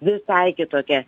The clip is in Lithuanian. visai kitokia